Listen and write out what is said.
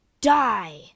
die